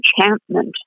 enchantment